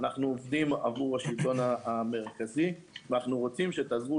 אנחנו עובדים עבור השלטון המרכזי ואנחנו רוצים שתעזרו